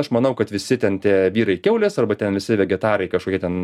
aš manau kad visi ten tie vyrai kiaulės arba ten visi vegetarai kažkokie ten